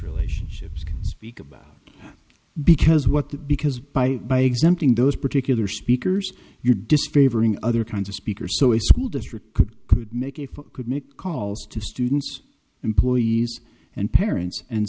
relationships speak about because what the because by by exempting those particular speakers you're disfavoring other kinds of speakers so a school district could could make it could make calls to students employees and parents and